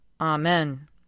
Amen